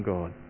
God